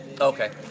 Okay